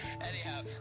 Anyhow